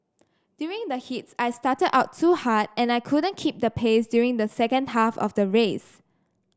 during the heats I started out too hard and I couldn't keep the pace during the second half of the race